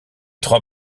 trois